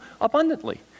abundantly